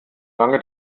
lange